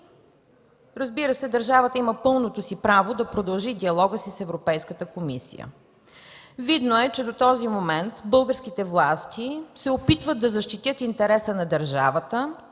Разбира се, държавата има пълното право да продължи диалога с Европейската комисия. Видно е, че до този момент българските власти се опитват да защитят интереса на държавата,